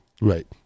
Right